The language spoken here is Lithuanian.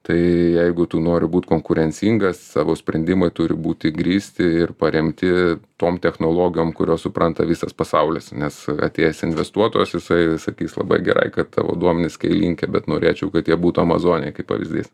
tai jeigu tu nori būt konkurencingas savo sprendimai turi būti grįsti ir paremti tom technologijom kuriuos supranta visas pasaulis nes atėjęs investuotojas jisai sakys labai gerai kad tavo duomenys skailinke bet norėčiau kad jie būtų amazonei kaip pavyzdys